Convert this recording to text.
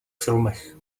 filmech